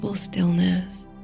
stillness